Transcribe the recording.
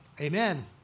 Amen